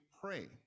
pray